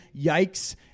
yikes